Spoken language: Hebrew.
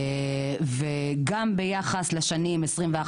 גם ביחס לשנים 2021,